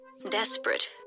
desperate